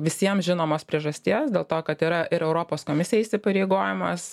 visiems žinomos priežasties dėl to kad yra ir europos komisijai įsipareigojimas